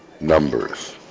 numbers